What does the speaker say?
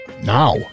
now